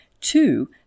two